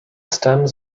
stems